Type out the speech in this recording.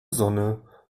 sonne